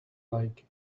like